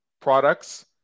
Products